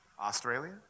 australia